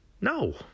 No